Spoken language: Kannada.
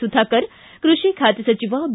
ಸುಧಾಕರ್ ಕೃಷಿ ಖಾತೆ ಸಚಿವ ಬಿ